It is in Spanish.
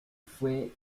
fue